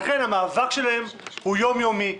לכן המאבק שלהם הוא יום-יומי,